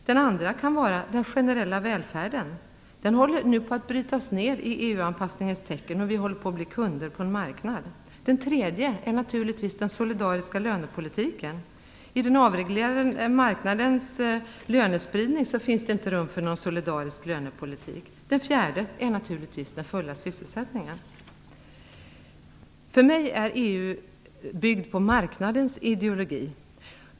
Den andra kan vara den generella välfärden. Den börjar nu att brytas ned i EU-anpassningens tecken, och vi håller på att bli kunder på en marknad. Den tredje punkten är den solidariska lönepolitiken. I den avreglerade marknadens lönespridning finns det inte rum för någon solidarisk lönepolitik. Den fjärde punkten är naturligtvis den fulla sysselsättningen. För mig är EU byggd på marknadens ideologi.